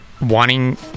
wanting